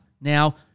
Now